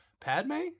Padme